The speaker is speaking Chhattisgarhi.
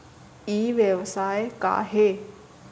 ई व्यवसाय का हे?